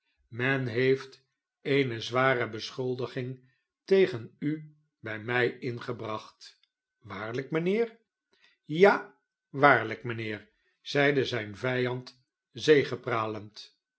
men heeft eene zware beschuldiging tegen u bij mij ingebracht waarlijk mijnheer ja waarlijk mijnheer zeide zijn vijand